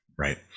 Right